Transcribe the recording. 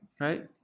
right